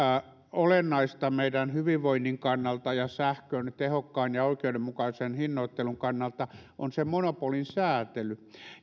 olennaista meidän hyvinvointimme kannalta ja sähkön tehokkaan ja oikeudenmukaisen hinnoittelun kannalta on sen monopolin säätely